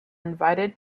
invited